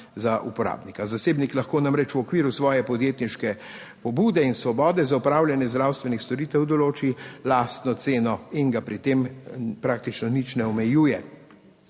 za uporabnika. Zasebnik, lahko namreč v okviru svoje podjetniške pobude in svobode za opravljanje zdravstvenih storitev določi lastno ceno in ga pri tem praktično nič ne omejuje,